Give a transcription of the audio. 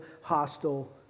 hostile